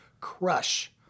crush